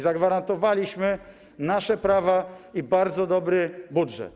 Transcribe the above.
Zagwarantowaliśmy nasze prawa i bardzo dobry budżet.